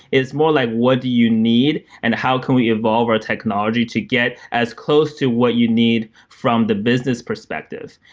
it's more like what do you need and how can we evolve our technology to get as close to what you need from the business perspective.